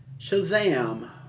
Shazam